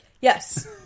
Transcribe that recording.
Yes